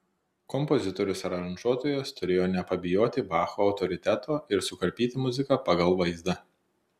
kompozitorius aranžuotojas turėjo nepabijoti bacho autoriteto ir sukarpyti muziką pagal vaizdą